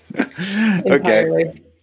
okay